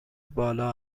بالا